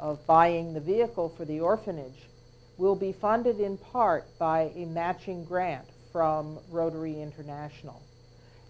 of buying the vehicle for the orphanage will be funded in part by a matching grant from rotary international